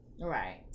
Right